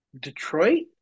Detroit